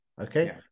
okay